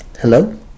Hello